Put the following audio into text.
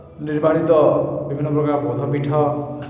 ନିର୍ମାଣିତ ବିଭିନ୍ନପ୍ରକାର ବୌଦ୍ଧ ପୀଠ